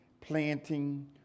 planting